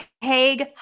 Hague